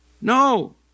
No